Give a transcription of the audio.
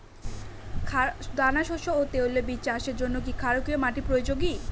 দানাশস্য ও তৈলবীজ চাষের জন্য কি ক্ষারকীয় মাটি উপযোগী?